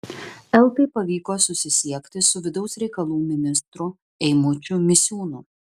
eltai pavyko susisiekti su vidaus reikalų ministru eimučiu misiūnu